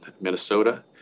Minnesota